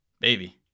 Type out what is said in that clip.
baby